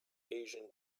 asian